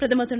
பிரதமர் திரு